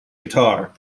guitar